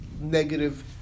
negative